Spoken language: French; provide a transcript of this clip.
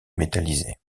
métallisé